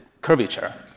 curvature